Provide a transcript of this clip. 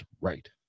right